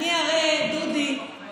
אני הרי על בשרי חוויתי